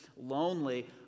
lonely